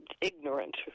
ignorant